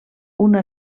una